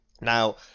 Now